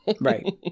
Right